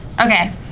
Okay